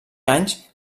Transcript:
anys